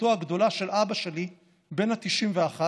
אחותו הגדולה של אבא שלי בן ה-91,